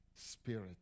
Spirit